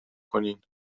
کنین